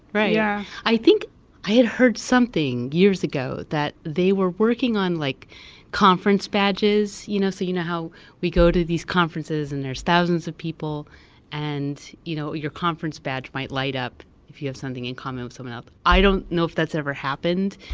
right. yeah i think i had heard something years ago that they were working on like conference badges. you know so you know, how we go to these conferences and there are thousands of people and you know your conference badge might light up if you have something in common with someone else. i don't know if that's ever happened.